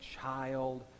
child